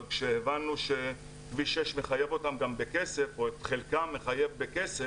אבל כשהבנו שכביש 6 מחייב אותם או את חלקם גם בכסף,